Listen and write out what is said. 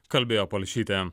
kalbėjo palšytė